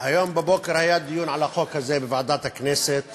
היום בבוקר היה דיון על החוק הזה בוועדת הכנסת